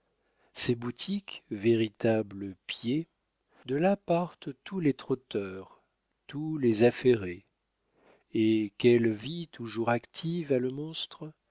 ses boutiques véritables pieds de là partent tous les trotteurs tous les affairés eh quelle vie toujours active a le monstre